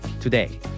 Today